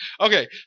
Okay